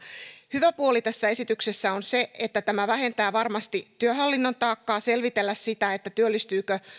hyvä puoli tässä esityksessä on se että tämä vähentää varmasti työhallinnon taakkaa selvitellä sitä työllistyykö